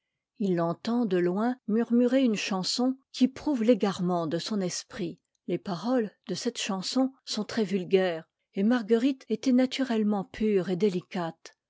clefs l'entend de loin murmurer une chanson qui prouve l'égarement de son esprit les paroles de cette chanson sont très vulgaires et marguerite était naturellement pure et délicate